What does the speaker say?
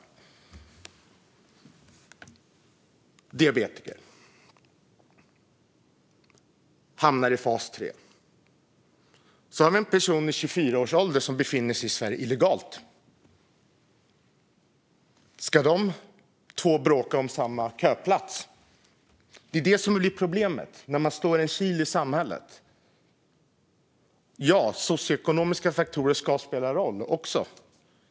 Hon är diabetiker och hamnar i fas 3. Så har vi en person i 24-årsåldern som befinner sig i Sverige illegalt. Ska de två bråka om samma köplats? Det är det som blir problemet när man slår in en kil i samhället. Socioekonomiska faktorer ska också spela roll.